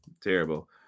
Terrible